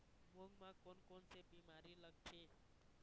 मूंग म कोन कोन से बीमारी लगथे?